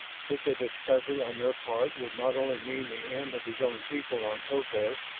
such a discovery on their part would not only mean the end of his own people on topaz,